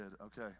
Okay